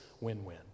win-win